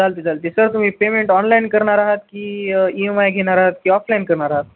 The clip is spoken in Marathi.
चालते चालते सर तुम्ही पेमेंट ऑनलाईन करणार आहात की ई एम आय घेणार आहात की ऑफलाईन करणार आहात